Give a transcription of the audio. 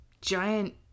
giant